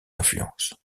influences